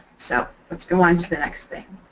so let's go on to the next thing.